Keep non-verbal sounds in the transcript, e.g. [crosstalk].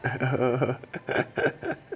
[laughs]